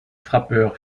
frappeurs